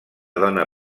dona